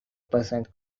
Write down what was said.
percent